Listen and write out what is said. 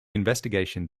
investigation